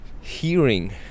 hearing